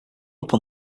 upon